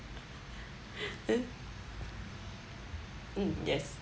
!huh! mm yes